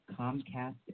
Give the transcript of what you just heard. Comcast